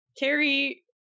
Carrie